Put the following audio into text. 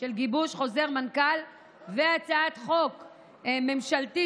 גיבוש חוזר מנכ"ל והצעת חוק ממשלתית,